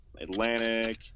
Atlantic